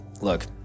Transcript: look